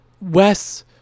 Wes